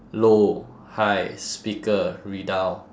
low high speaker redial